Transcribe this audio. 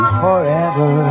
forever